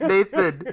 Nathan